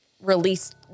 released